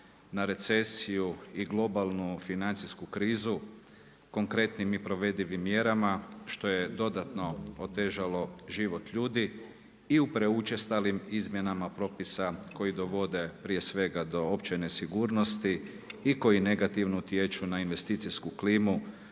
na recesiju i globalnu financijsku krizu, konkretnim i provedljivim mjerama, što je dodatno otežalo život ljudi i u preučestalih izmjenama propisa, koji dovode prije svega do opće nesigurnosti i koji negativno utječu na investicijsku klimu,